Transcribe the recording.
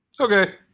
okay